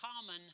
common